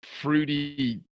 fruity